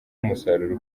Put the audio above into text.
umusaruro